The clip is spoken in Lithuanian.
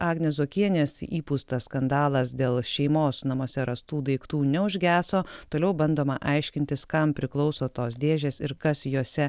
agnės zuokienės įpūstas skandalas dėl šeimos namuose rastų daiktų neužgeso toliau bandoma aiškintis kam priklauso tos dėžės ir kas jose